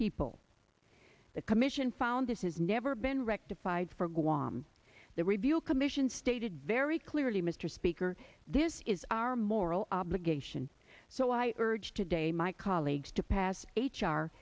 people the commission found this has never been rectified for guam the review commission stated very clearly mr speaker this is our moral obligation so i urge today my colleagues to pass h